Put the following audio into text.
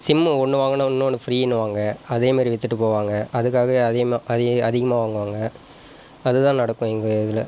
sim ஒன்று வாங்கினா இன்னொன்று ஃப்ரீண்ணுவாங்க அதே மாதிரி விற்றுட்டு போவாங்க அதுக்காகவே அதிகமாக அதி அதிகமாக வாங்குவாங்க அதுதான் நடக்கும் எங்கள் இதில்